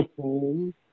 home